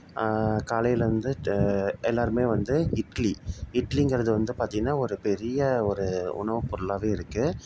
காலையில் வந்து எல்லோருமே வந்து இட்லி இட்லிங்கிறது வந்து பார்த்திங்கன்னா ஒரு பெரிய ஒரு உணவுப் பொருளாகவே இருக்குது